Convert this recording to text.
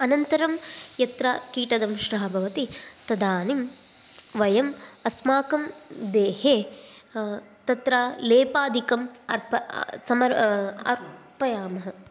अनन्तरं यत्र कीटदंष्ट्रः भवति तदानीं वयम् अस्माकं देहे तत्र लेपादिकं अर्प् समर्पयामः